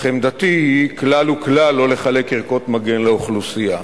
אך עמדתי היא כלל וכלל לא לחלק ערכות מגן לאוכלוסייה.